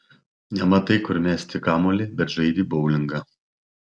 nematai kur mesti kamuolį bet žaidi boulingą